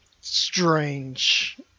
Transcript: strange